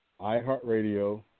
iHeartRadio